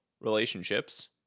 relationships